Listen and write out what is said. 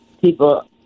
people